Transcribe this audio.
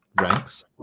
ranks